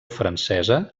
francesa